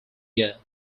year